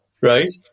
right